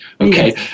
Okay